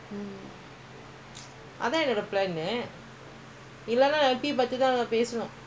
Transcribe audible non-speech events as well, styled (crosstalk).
cannot they won't wait long H_D_B rules (noise)